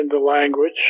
language